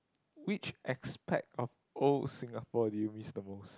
which aspect of old Singapore do you miss the most